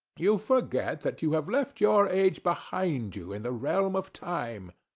you forget that you have left your age behind you in the realm of time.